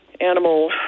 animal